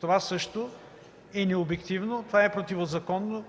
Това също е необективно. Това е противозаконно